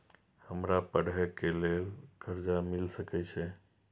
हमरा पढ़े के लेल कर्जा मिल सके छे?